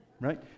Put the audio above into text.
right